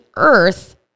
earth